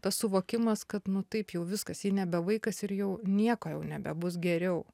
tas suvokimas kad nu taip jau viskas ji nebe vaikas ir jau nieko jau nebebus geriau